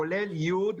כולל י',